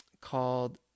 called